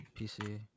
PC